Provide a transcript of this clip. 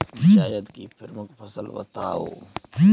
जायद की प्रमुख फसल बताओ